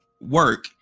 work